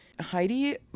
Heidi